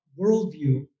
worldview